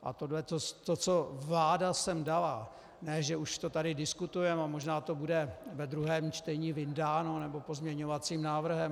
A to, co vláda sem dala, ne že už to tady diskutujeme, a možná to bude ve druhém čtení vyndáno nebo pozměňovacím návrhem.